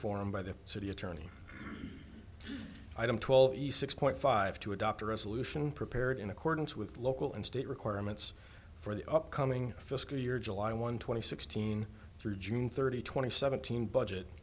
form by the city attorney item twelve six point five to adopt a resolution prepared in accordance with local and state requirements for the upcoming fiscal year july one twenty sixteen through june thirty twenty seventeen